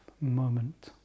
moment